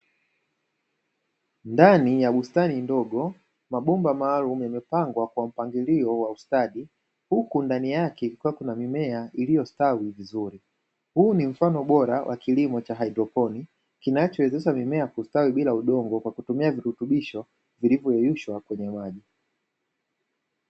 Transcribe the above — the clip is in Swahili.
Ndani ya bustani ndogo mabomba maalumu yamepangwa kwa mpangilio wa ustadi huku ndani yake kukiwa na mimea iliyostawi vizuri. Huu ni mfano bora wa kilimo cha haidroponi kinachowezesha mimea kustawi bila udongo kwa kutumia virutubisho vilivyoyeyushwa kwenye maji.